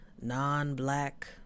Non-black